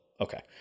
Okay